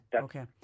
Okay